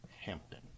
Hampton